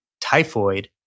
typhoid